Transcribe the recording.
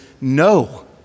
no